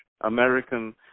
American